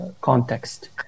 context